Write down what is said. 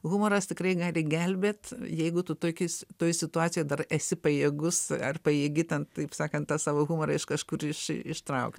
humoras tikrai gali gelbėt jeigu tu tokis toj situacijoj dar esi pajėgus ar pajėgi ten taip sakant tą savo humorą iš kažkur iš ištraukt